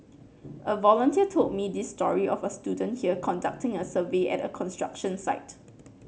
a volunteer told me this story of a student here conducting a survey at a construction site